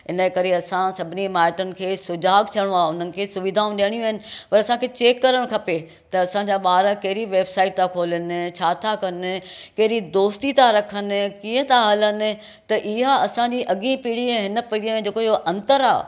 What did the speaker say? हिन जे करे असां सभिनी माइटुनि खे सुजाॻ थियणो आहे हुननि खे सुविधाऊं ॾेणियूं आहिनि पर असांखे चैक करणु खपे त असांजा ॿार कहिड़ी वेबसाइट था खोलनि छा था कनि कहिड़ी दोस्ती था रखनि कीअं था हलनि त इहा असांजी अॻी पीढ़ी ऐं हिन पीढ़ीअ में हीअं जेको अंतर आहे